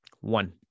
One